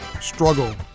struggle